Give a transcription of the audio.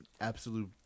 absolute